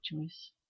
choice